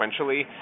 sequentially